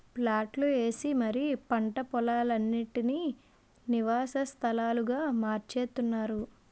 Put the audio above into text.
ప్లాట్లు ఏసి మరీ పంట పోలాలన్నిటీనీ నివాస స్థలాలుగా మార్చేత్తున్నారు